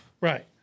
Right